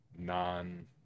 non